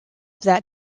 that